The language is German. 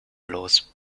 los